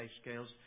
scales